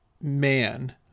man